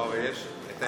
לא, אבל יש את